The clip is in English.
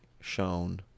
shown